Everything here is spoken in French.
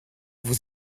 vous